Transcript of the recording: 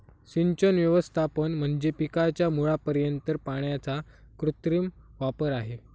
सिंचन व्यवस्थापन म्हणजे पिकाच्या मुळापर्यंत पाण्याचा कृत्रिम वापर आहे